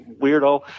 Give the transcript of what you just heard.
weirdo